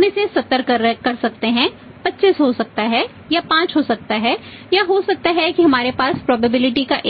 हम इसे 70 कर सकते हैं 25 हो सकता हैं या 5 हो सकता हैं या हो सकता है कि हमारे पास प्रोबेबिलिटी दे